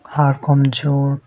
হাড় কমজোর